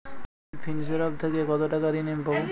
বাজাজ ফিন্সেরভ থেকে কতো টাকা ঋণ আমি পাবো?